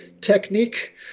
technique